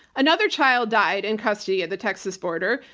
another child died in custody at the texas border.